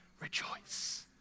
rejoice